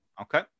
Okay